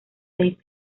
seis